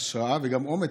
השראה.